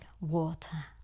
water